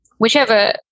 Whichever